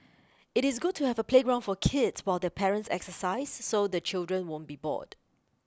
it is good to have a playground for kids while their parents exercise so the children won't be bored